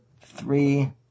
three